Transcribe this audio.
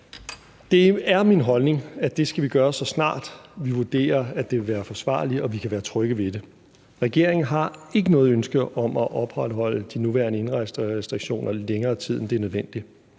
Det er min holdning, at det skal vi gøre, så snart vi vurderer, at det vil være forsvarligt og vi kan være trygge ved det. Regeringen har ikke noget ønske om at opretholde de nuværende indrejserestriktioner længere tid, end det er nødvendigt.